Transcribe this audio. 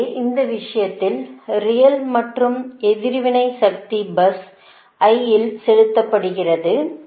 எனவே அந்த விஷயத்தில் ரியல் மற்றும் எதிர்வினை சக்தி பஸ் I இல் செலுத்தப்படுகிறது